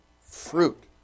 fruit